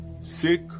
sick